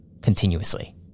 continuously